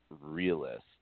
realist